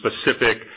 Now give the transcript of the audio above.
specific